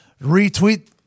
retweet